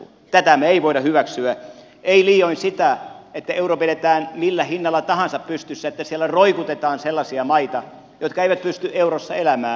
tätä me emme voi hyväksyä emme liioin sitä että euro pidetään millä hinnalla tahansa pystyssä että siellä roikutetaan sellaisia maita jotka eivät pysty eurossa elämään